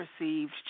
received